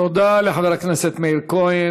תודה לחבר הכנסת מאיר כהן.